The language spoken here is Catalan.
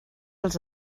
els